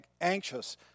anxious